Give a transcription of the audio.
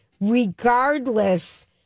regardless